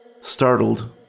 Startled